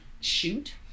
shoot